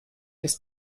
ist